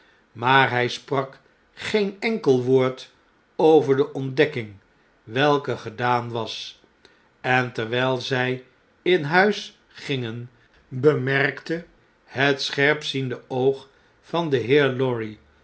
maar hy sprak geen enkel woord over de ontdekking welke gedaan was en terwjjl zij in huis gingen bemerkte het scherpziende oog van den heer lorry